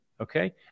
Okay